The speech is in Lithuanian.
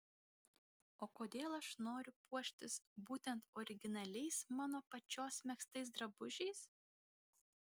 o kodėl aš noriu puoštis būtent originaliais mano pačios megztais drabužiais